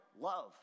love